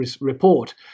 report